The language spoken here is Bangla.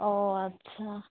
ও আচ্ছা